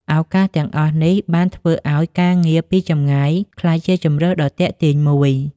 ឱកាសទាំងអស់នេះបានធ្វើឱ្យការងារពីចម្ងាយក្លាយជាជម្រើសដ៏ទាក់ទាញមួយ។